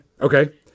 Okay